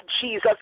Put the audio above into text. Jesus